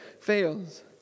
fails